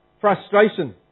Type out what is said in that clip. frustration